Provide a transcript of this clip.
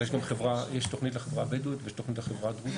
אבל יש תוכנית לחברה הבדואית ויש תוכנית לחברה הדרוזית,